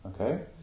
Okay